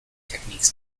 techniques